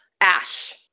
ash